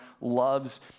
loves